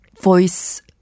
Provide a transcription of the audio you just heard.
voice